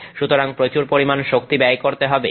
সুতরাং প্রচুর পরিমাণ শক্তি ব্যয় করতে হবে